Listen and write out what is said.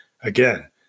Again